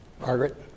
Margaret